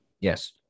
Yes